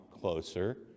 closer